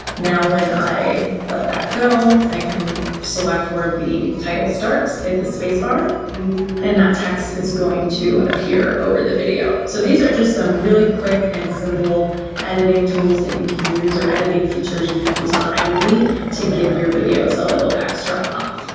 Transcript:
now when i let that go, i can select where the title starts, hit the space bar and that text is going to appear over the video. so these are just some really quick and simple editing tools that you can use, or editing features you can use on imovie to give your videos a little extra um